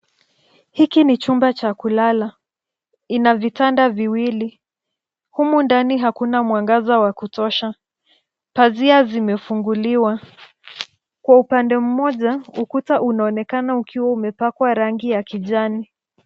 Hiki ni chumba cha kulala. Ina vitanda viwili. Humu ndani hakuna mwangaza wa kutosha. Pazia zimefunguliwa. Kwa upande mmoja ukuta ukiwa umepakwa rangi ya kijani.